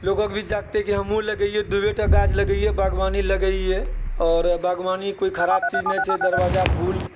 लोकभी चाहतै कि हमहुँ लगैऐ दुईटा गाछ लगैऐ बागवानी लगैऐ और बागवानी कोइ खराब चीज नहि छै दरवाजा फूल